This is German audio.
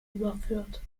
überführt